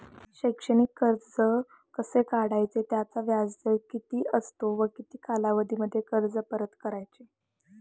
शैक्षणिक कर्ज कसे काढावे? त्याचा व्याजदर किती असतो व किती कालावधीमध्ये कर्ज परत करायचे?